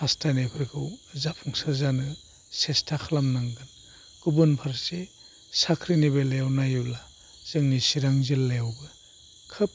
हास्थायनायफोरखौ जाफुंसार जानो सेस्था खालामनांगोन गुबुन फारसे साख्रिनि बेलायाव नायोब्ला जोंनि चिरां जिल्लायावबो खोब